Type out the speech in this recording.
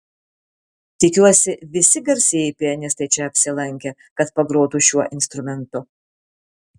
tikiuosi visi garsieji pianistai čia apsilankė kad pagrotų šiuo instrumentu